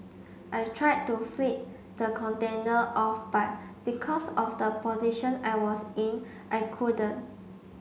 I tried to flip the container off but because of the position I was in I couldn't